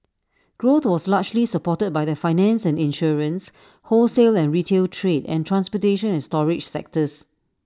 growth was largely supported by the finance and insurance wholesale and retail trade and transportation and storage sectors